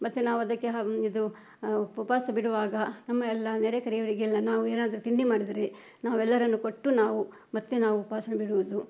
ಮತ್ತೆ ನಾವದಕ್ಕೆ ಇದು ಉಪವಾಸ ಬಿಡುವಾಗ ನಮ್ಮ ಎಲ್ಲ ನೆರೆಕೆರೆಯವ್ರಿಗೆಲ್ಲ ನಾವು ಏನಾದ್ರೂ ತಿಂಡಿ ಮಾಡಿದ್ರೆ ನಾವೆಲ್ಲರನ್ನೂ ಕೊಟ್ಟು ನಾವು ಮತ್ತೆ ನಾವು ಉಪ್ವಾಸನ ಬಿಡುವುದು